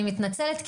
אני מתנצלת,